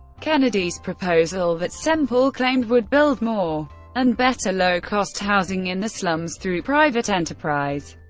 kennedy's proposal that semple claimed would build more and better low-cost housing in the slums through private enterprise.